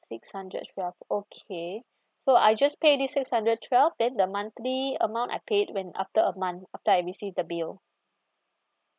six hundred twelve okay so I just pay this six hundred twelve then the monthly amount I pay when after a month after I receive the bill